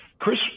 Chris